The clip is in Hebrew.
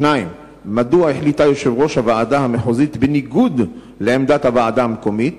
2. מדוע החליטה הוועדה המחוזית בניגוד לעמדת הוועדה המקומית?